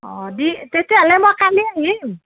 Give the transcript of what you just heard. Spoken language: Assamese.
অঁ দি তেতিয়াহ'লে মই কালি আহিম